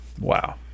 Wow